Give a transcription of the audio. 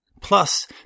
Plus